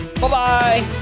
Bye-bye